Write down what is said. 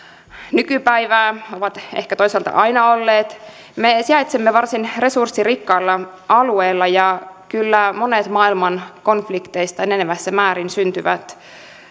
nykypäivää ovat ehkä toisaalta aina olleet me sijaitsemme varsin resurssirikkaalla alueella ja kyllä monet maailman konflikteista enenevässä määrin syntyvät